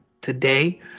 today